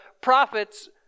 prophets